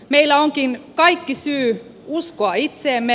meillä onkin kaikki syy uskoa itseemme